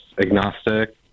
agnostic